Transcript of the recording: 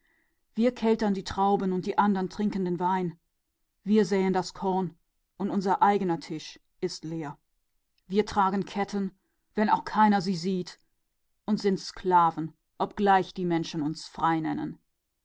wir treten die trauben aus und ein anderer trinkt den wein wir säen das korn und unser eigener speicher bleibt leer wir tragen ketten wenn sie auch niemand sieht und wir sind sklaven wenn auch die menschen uns frei nennen